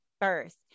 first